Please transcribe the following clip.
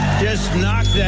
just knock yeah